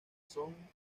son